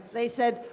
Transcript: they said,